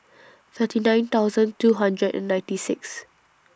thirty nine thousand two hundred and ninety six